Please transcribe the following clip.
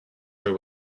her